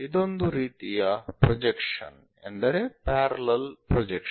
ಇನ್ನೊಂದು ರೀತಿಯ ಪ್ರೊಜೆಕ್ಷನ್ ಎಂದರೆ ಪ್ಯಾರಲಲ್ ಪ್ರೊಜೆಕ್ಷನ್